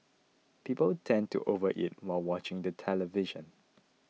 people tend to overeat while watching the television